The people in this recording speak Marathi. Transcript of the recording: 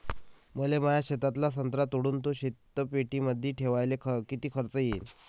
मले माया शेतातला संत्रा तोडून तो शीतपेटीमंदी ठेवायले किती खर्च येईन?